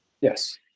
Yes